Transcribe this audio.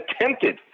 attempted